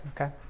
okay